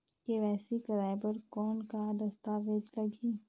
KYC कराय बर कौन का दस्तावेज लगही?